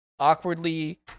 awkwardly